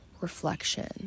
reflection